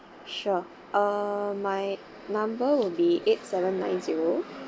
sure uh my number will be eight seven nine zero